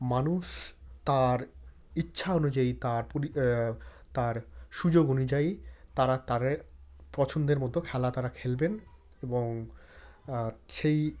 মানুষ তার ইচ্ছা অনুযায়ী তার পরি তার সুযোগ অনুযায়ী তারা তাদের পছন্দের মতো খেলা তারা খেলবেন এবং সেই